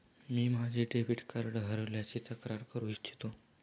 मी माझे debit card हरवल्याची तक्रार करू इच्छितो